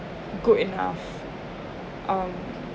good enough um